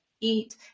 eat